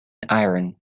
iran